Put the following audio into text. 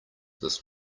this